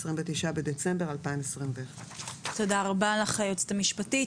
29 בדצמבר 2021. תודה רבה לך היועצת המשפטית.